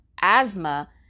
asthma